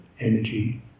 energy